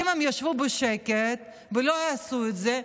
אם הם ישבו בשקט ולא יעשו את זה,